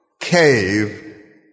cave